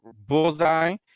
bullseye